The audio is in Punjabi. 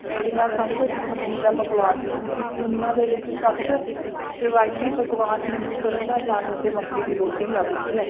ਮੇਰੀਆਂ ਸਭ ਤੋਂ ਪਸੰਦੀਦਾ ਪਕਵਾਨ ਹਨ ਇਸ ਦੁਨੀਆਂ ਦੇ ਵਿੱਚ ਸਭ ਤੋਂ ਰਿਵਾਇਤੀ ਪਕਵਾਨ ਮੈਨੂੰ ਸਰ੍ਹੋਂ ਦਾ ਸਾਗ ਅਤੇ ਮੱਕੀ ਦੀ ਰੋਟੀ ਲੱਗਦੀ ਹੈ